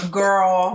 girl